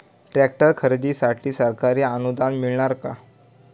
Tractor खरेदीसाठी सरकारी अनुदान मिळणार का?